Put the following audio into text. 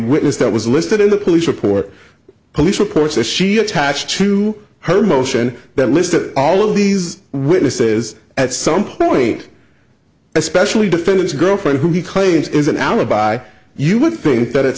witness that was listed in the police report police reports that she attached to her motion that listed all of these witnesses at some point especially defendant a girlfriend who he claims is an alibi you would think that at